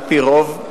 על-פי רוב,